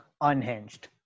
unhinged